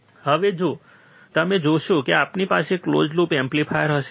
હવે જો તમે જોશો કે આપણી પાસે ક્લોઝ લૂપ એમ્પ્લીફાયર હશે